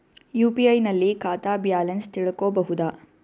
UPI ನಲ್ಲಿ ಖಾತಾ balance ತಿಳಕೊ ಬಹುದಾ?